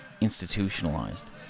institutionalized